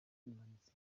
umwanditsi